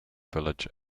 village